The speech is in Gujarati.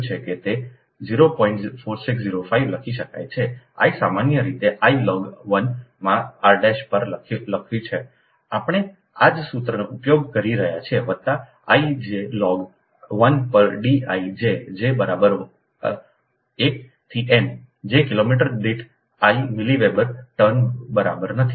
4605 લખી શકાય છે I સામાન્ય રીતે i લોગ 1 માં rપર લખું છું આપણે આ જ સૂત્રનો ઉપયોગ કરી રહ્યા છીએ વત્તા i j લોગ 1 પર D i j j બરાબર 1 થી n j કિલોમીટર દીઠ આઇ મિલી વેબર ટર્ન બરાબર નથી